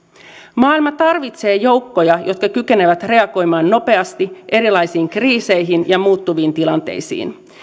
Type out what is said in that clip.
maailma tarvitsee joukkoja jotka kykenevät reagoimaan nopeasti erilaisiin kriiseihin ja muuttuviin tilanteisiin